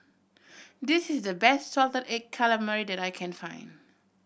this is the best salted egg calamari that I can find